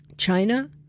China